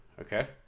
okay